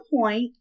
point